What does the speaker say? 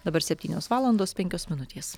dabar septynios valandos penkios minutės